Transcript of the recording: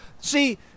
See